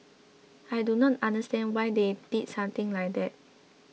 I do not understand why they did something like that